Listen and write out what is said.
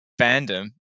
fandom